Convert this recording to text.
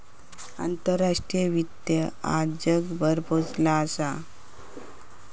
आंतराष्ट्रीय वित्त आज जगभर पोचला असा